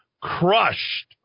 crushed